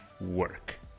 work